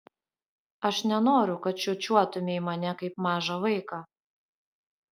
aš nenoriu kad čiūčiuotumei mane kaip mažą vaiką